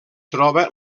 troba